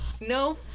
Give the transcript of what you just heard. no